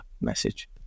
message